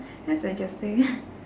that's interesting